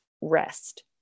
rest